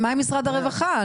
מה עם משרד הרווחה?